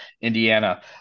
Indiana